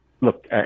Look